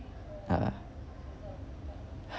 uh